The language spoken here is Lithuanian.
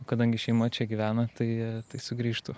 kadangi šeima čia gyvena tai tai sugrįžtu